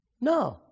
No